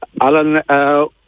Alan